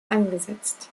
angesetzt